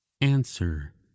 answer